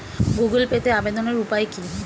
Google পেতে আবেদনের উপায় কি?